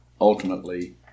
ultimately